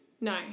No